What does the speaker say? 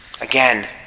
Again